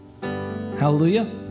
Hallelujah